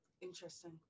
Interesting